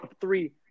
three